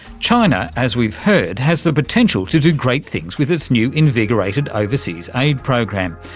china, as we've heard, has the potential to do great things with its new invigorated overseas aid program.